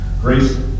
grace